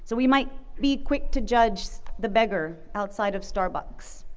so we might be quick to judge the beggar outside of starbucks,